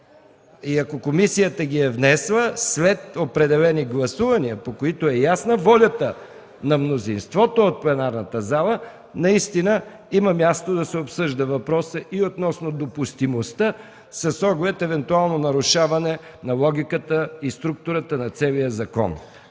и ако комисията ги е внесла, след определени гласувания, по които е ясна волята на мнозинството от пленарната зала, наистина има място да се обсъжда въпросът и относно допустимостта с оглед евентуално нарушаване на логиката и структурата на целия закон.